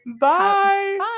Bye